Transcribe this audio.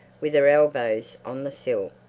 with her elbows on the sill.